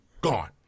Gone